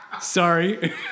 sorry